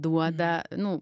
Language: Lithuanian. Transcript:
duoda nu